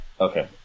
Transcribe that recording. Okay